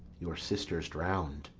your sister's drown'd,